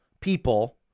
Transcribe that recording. people